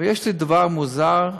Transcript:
יש דבר מוזר,